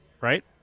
Right